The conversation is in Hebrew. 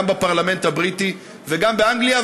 גם בפרלמנט הבריטי וגם באנגליה,